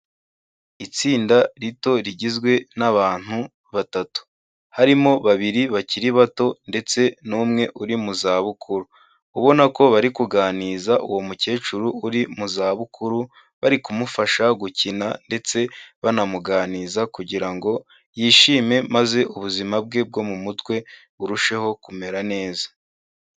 Itsinda rito rigizwe n'abantu batatu. Harimo babiri bakiri bato ndetse n'umwe uri mu zabukuru, ubona ko bari kuganiriza uwo mukecuru uri mu zabukuru bari kumufasha gukina ndetse banamuganiriza kugira ngo yishime maze ubuzima bwe bwo mu mutwe burusheho kumera neza.